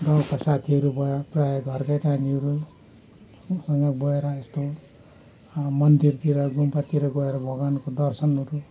गाउँको साथीहरू भयो प्रायः घरकै नानीहरूसँग गएर यस्तो मन्दिरतिर गुम्बातिर गएर भगवान्को दर्शनहरू